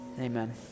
Amen